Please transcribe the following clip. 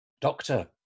Doctor